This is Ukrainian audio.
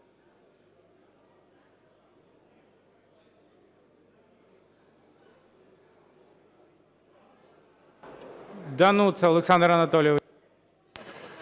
Дануца Олександр Анатолійович.